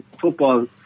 football